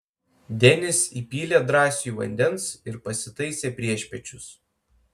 denis įpylė drąsiui vandens ir pasitaisė priešpiečius